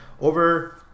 Over